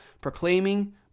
proclaiming